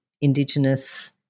Indigenous